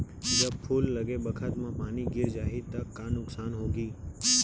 जब फूल लगे बखत म पानी गिर जाही त का नुकसान होगी?